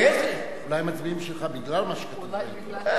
אולי מצביעים בשבילך בגלל מה שכתוב בעיתון.